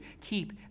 keep